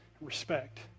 respect